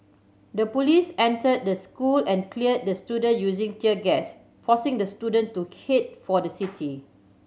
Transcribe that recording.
the police entered the school and cleared the student using tear gas forcing the student to head for the city